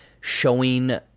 showing